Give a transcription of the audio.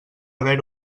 haver